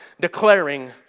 declaring